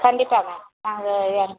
கண்டிப்பாக மேம் நாங்கள் எங்க